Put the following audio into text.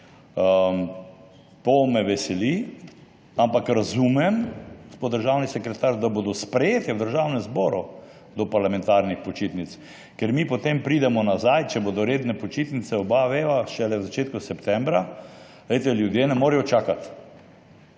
To me veseli, ampak razumem, gospod državni sekretar, da bodo sprejeti v Državnem zboru do parlamentarnih počitnic. Ker mi potem pridemo nazaj, če bodo redne počitnice, oba veva, šele v začetku septembra. Ljudje ne morejo čakati.